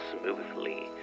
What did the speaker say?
smoothly